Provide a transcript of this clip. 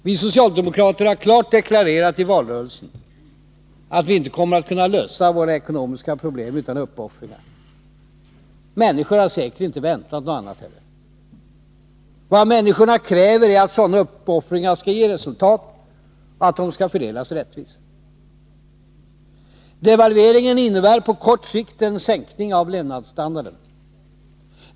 Vi socialdemokrater har klart deklarerat i valrörelsen att vi inte kommer att kunna lösa landets ekonomiska problem utan uppoffringar. Människorna har säkert inte heller väntat sig något annat. Vad de kräver är att sådana uppoffringar skall ge resultat och fördelas rättvist. Devalveringen innebär på kort sikt en sänkning av levnadsstandarden.